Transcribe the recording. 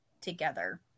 together